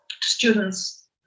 students